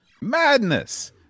Madness